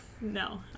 No